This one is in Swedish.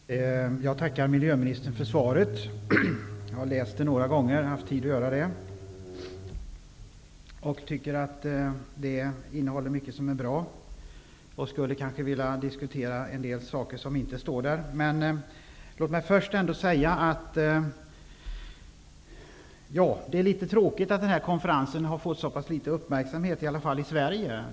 Herr talman! Jag tackar miljöministern för svaret, som jag har haft tid att läsa några gånger. Svaret innehåller en hel del bra information. Men jag skulle nog vilja diskutera en del saker som inte finns med där. Det är litet tråkigt att den här konferensen har fått så pass litet uppmärksamhet, i alla fall i Sverige.